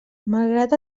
malgrat